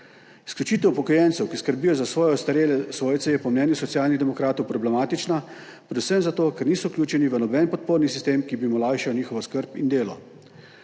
Izključitev upokojencev, ki skrbijo za svoje ostarele svojce, je po mnenju Socialnih demokratov problematična predvsem zato, ker niso vključeni v noben podporni sistem, ki bi jim olajšal njihovo skrb in delo.